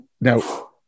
Now